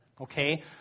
Okay